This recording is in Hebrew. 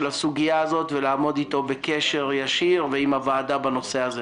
הסוגיה ולעמוד אתו בקשר ישיר ועם הוועדה בנושא הזה.